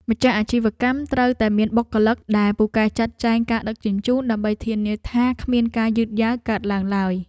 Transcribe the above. ម្ចាស់អាជីវកម្មត្រូវតែមានបុគ្គលិកដែលពូកែចាត់ចែងការដឹកជញ្ជូន ដើម្បីធានាថាគ្មានការយឺតយ៉ាវកើតឡើងឡើយ។